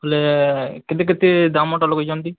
ହେଲେ କେତେ କେତେ ଦାମଟା ଲଗାଇଛନ୍ତି